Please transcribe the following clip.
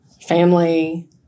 family